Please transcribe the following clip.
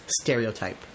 stereotype